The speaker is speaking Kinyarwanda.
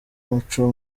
umuco